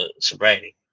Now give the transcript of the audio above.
sobriety